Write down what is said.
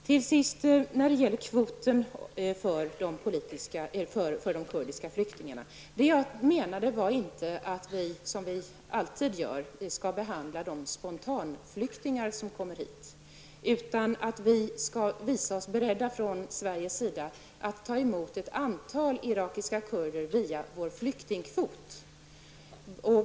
Till sist vill jag säga när det gäller kvoten för de kurdiska flyktingarna att det jag menade var inte att vi, som vi alltid gör, skall behandla ansökningar från de spontanflyktingar som kommer hit, utan att vi skall visa oss beredda från Sveriges sida att ta emot ett antal irakiska kurder via vår flyktingkvot.